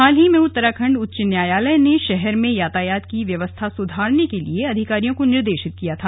हाल ही में उत्तराखंड उच्च न्यायालय ने शहर में यातायात की व्यवस्था सुधारने के लिए अधिकारियों को निर्देरिंगत किया था